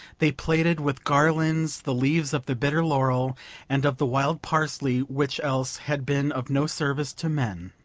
they plaited with garlands the leaves of the bitter laurel and of the wild parsley, which else had been of no service to men.